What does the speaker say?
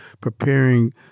preparing